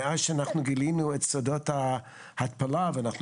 מאז שאנחנו גילינו את סודות ההתפלה ואנחנו